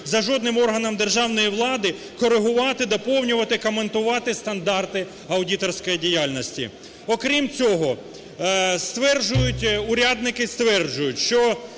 за жодним органом державної влади корегувати, доповнювати, коментувати стандарти аудиторської діяльності. Окрім цього, урядники стверджують, що